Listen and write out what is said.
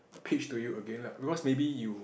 preach to you again like because maybe you